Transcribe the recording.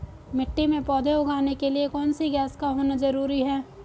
मिट्टी में पौधे उगाने के लिए कौन सी गैस का होना जरूरी है?